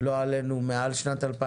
לא עלינו, מעל 2019?